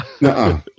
no